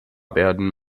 werden